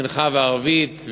מנחה וערבית,